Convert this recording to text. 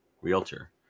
realtor